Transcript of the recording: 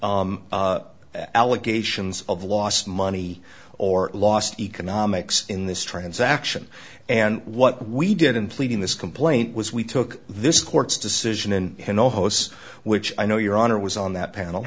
sufficient allegations of lost money or lost economics in this transaction and what we did in pleading this complaint was we took this court's decision in a no host which i know your honor was on that panel